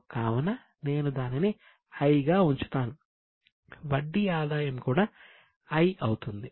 కావున నేను దానిని 'I' గా ఉంచుతాను వడ్డీ ఆదాయం కూడా 'I' అవుతుంది